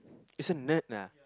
it's a nerd ah